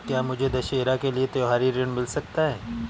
क्या मुझे दशहरा के लिए त्योहारी ऋण मिल सकता है?